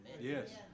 Yes